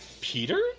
Peter